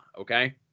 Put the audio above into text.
okay